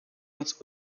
uns